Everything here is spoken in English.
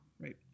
Right